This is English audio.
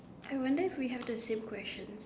I wonder if we have the same question